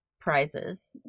prizes